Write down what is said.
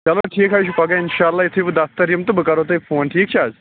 چَلو ٹھیٖک حظ چھُ پَگاہ اِنشاء اللہ یُتھٕے بہٕ دفتر یِم تہٕ بہٕ کَرو تۄہہِ فون ٹھیٖک چھےٚ حظ